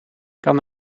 kan